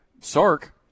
Sark